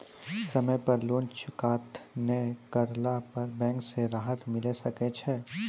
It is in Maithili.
समय पर लोन चुकता नैय करला पर बैंक से राहत मिले सकय छै?